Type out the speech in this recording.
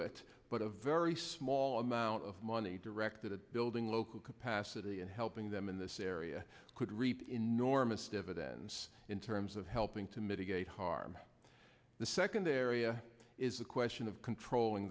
it but a very small amount of money directed at building local capacity and helping them in this area could reap enormous dividends in terms of helping to mitigate harm the so can there isa is a question of controlling